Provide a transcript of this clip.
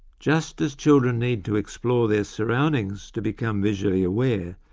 just as children need to explore their surroundings to become visually aware,